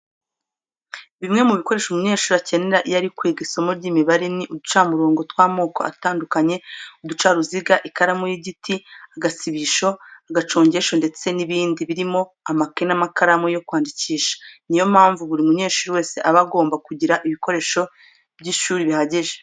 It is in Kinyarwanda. Bimwe mu bikoresho umunyeshuri akenera iyo ari kwiga isomo ry'imibare ni uducamurongo tw'amoko atandukanye, uducaruziga, ikaramu y'igiti, agasibisho, agacongesho ndetse n'ibindi birimo amakayi n'amakaramu yo kwandikisha. Ni yo mpamvu buri munyeshuri wese aba agomba kugira ibikoresho by'ishuri bihagije.